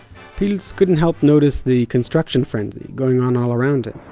pilz couldn't help notice the construction frenzy going on all around it.